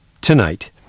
Tonight